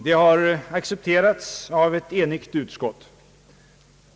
Det har accepterats av ett enigt utskott.